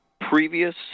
previous